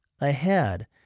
ahead